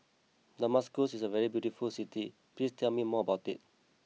Damascus is a very beautiful city please tell me more about it